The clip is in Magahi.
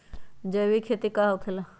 जैविक खेती का होखे ला?